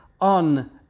on